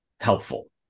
helpful